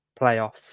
playoffs